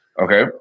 Okay